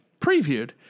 previewed